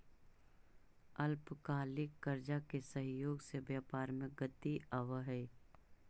अल्पकालिक कर्जा के सहयोग से व्यापार में गति आवऽ हई